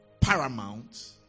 paramount